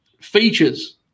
Features